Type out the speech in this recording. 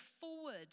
forward